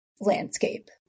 landscape